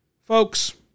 Folks